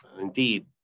indeed